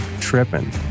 tripping